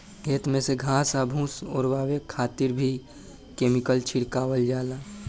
खेत में से घास आ फूस ओरवावे खातिर भी केमिकल छिड़कल जाला